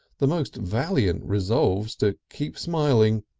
the most valiant resolves to keep smiling,